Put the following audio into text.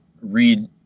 read